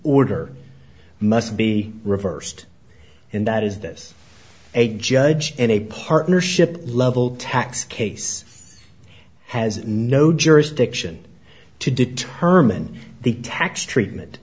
must be reversed and that is this a judge in a partnership level tax case has no jurisdiction to determine the tax treatment